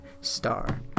star